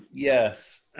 yes,